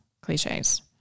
cliches